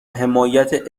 حمایت